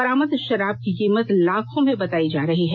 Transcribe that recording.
बरामद शराब की कीमत लाखों में बताई जा रही है